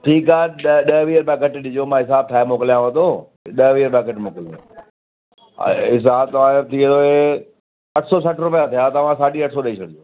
ठीकु आहे ॾह ॾह वीह रुपया घटि ॾिजो मां हिसाबु ठाहे मोकिलियांव थो ॾह वीह रुपया घटि मोकिलिजो ऐं हिसाबु तव्हांजो थी वियो अठ सौ सठि रुपया थिया तव्हां साढी अठ सौ ॾेई छॾिजो